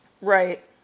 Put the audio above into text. Right